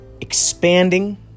expanding